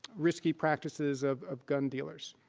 risky practices of of gun dealers.